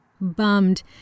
Bummed